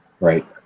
Right